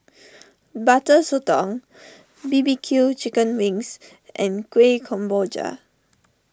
Butter Sotong B B Q Chicken Wings and Kuih Kemboja